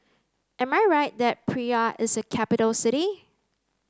am I right that Praia is a capital city